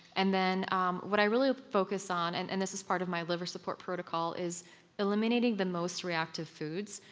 and then um what i really focus on, and and this is part of my liver support protocol, is eliminating the most reactive foods.